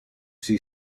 see